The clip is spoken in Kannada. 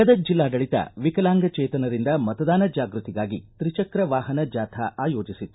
ಗದಗ್ ಜಿಲ್ನಾಡಳಿತ ವಿಕಲಾಂಗಜೇತನರಿಂದ ಮತದಾನ ಜಾಗೃತಿಗಾಗಿ ತ್ರಿಚಕ್ರ ವಾಹನ ಜಾಥಾ ಆಯೋಜಿಸಿತ್ತು